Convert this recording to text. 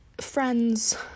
friends